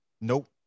Nope